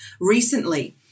recently